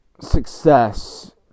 success